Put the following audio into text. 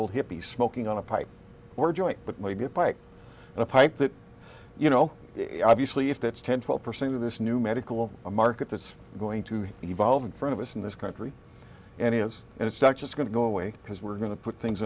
old hippie smoking on a pipe or a joint but maybe a pipe and a pipe that you know obviously if that's ten twelve percent of this new medical a market that's going to evolve in front of us in this country and it is and it's not just going to go away because we're going to put things